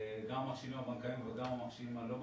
גם המכשירים הבנקאיים וגם המכשירים הלא בנקאיים,